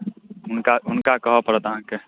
हुनका हुनका कहय पड़त अहाँकेँ